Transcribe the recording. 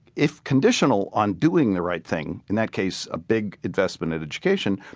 if conditional on doing the right thing, in that case a big investment in education,